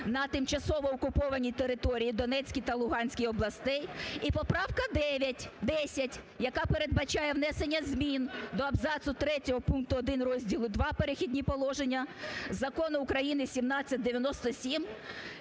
на тимчасово окупованій території Донецької та Луганської областей, і поправка 10, яка передбачає внесення змін до абзацу третього пункту 1 розділу ІІ "Перехідні положення" Закону України 1797